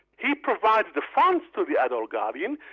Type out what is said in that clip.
he provided the funds to the adult guardian,